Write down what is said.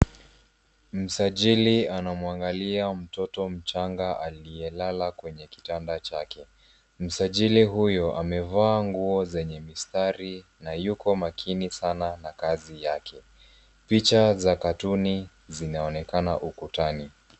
Msajili anamwangalia mtoto mchanga aliyelala kwenye kitanda chake. Msajili huyu amevaa nguo zenye mistari na yuko makini sana na kazi yake. Picha za katuni, zinaonekana ukutani.